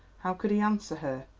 how could he answer her?